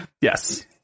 yes